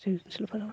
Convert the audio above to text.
जोंनि ओनसोलफोराव